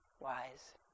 wise